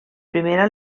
primera